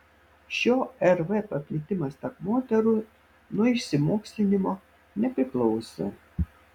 šio rv paplitimas tarp moterų nuo išsimokslinimo nepriklausė